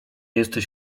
jesteś